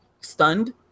stunned